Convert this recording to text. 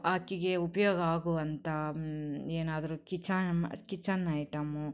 ಆಕೆಗೆ ಉಪಯೋಗ ಆಗುವಂಥ ಏನಾದರೂ ಕಿಚನ್ ಮ ಕಿಚನ್ ಐಟಮು